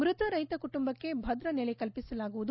ಮೃತ ರೈತ ಕುಟುಂಬಕ್ಕೆ ಭದ್ರ ನೆಲೆ ಕಲ್ಪಿಸಲಾಗುವುದು